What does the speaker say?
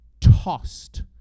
Tossed